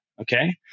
okay